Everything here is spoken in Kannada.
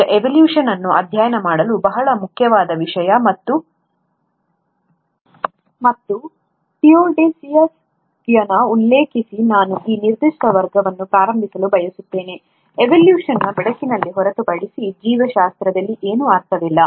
ಈಗ ಎವೊಲ್ಯೂಶನ್ ಅನ್ನು ಅಧ್ಯಯನ ಮಾಡಲು ಬಹಳ ಮುಖ್ಯವಾದ ವಿಷಯ ಮತ್ತು ವಿಷಯವಾಗಿದೆ ಮತ್ತು ಥಿಯೋಡೋಸಿಯಸ್ ಡೊಬ್ಜಾನ್ಸ್ಕಿಯನ್ನು ಉಲ್ಲೇಖಿಸಿ ನಾನು ಈ ನಿರ್ದಿಷ್ಟ ವರ್ಗವನ್ನು ಪ್ರಾರಂಭಿಸಲು ಬಯಸುತ್ತೇನೆ ಎವೊಲ್ಯೂಶನ್" ನ ಬೆಳಕಿನಲ್ಲಿ ಹೊರತುಪಡಿಸಿ ಜೀವಶಾಸ್ತ್ರದಲ್ಲಿ ಏನೂ ಅರ್ಥವಿಲ್ಲ